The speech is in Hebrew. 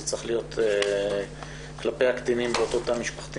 צריכה להיות כלפי הקטינים באותו תא משפחתי